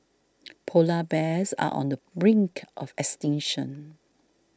Polar Bears are on the brink of extinction